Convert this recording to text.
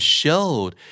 showed